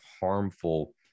harmful